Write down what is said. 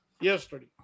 yesterday